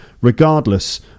regardless